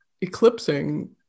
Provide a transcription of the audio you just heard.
eclipsing